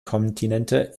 kontinente